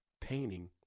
painting